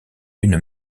une